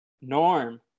Norm